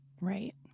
Right